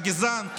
אתה גזען.